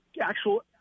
actual